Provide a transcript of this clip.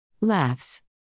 Laughs